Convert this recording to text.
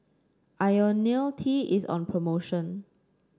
IoniL T is on promotion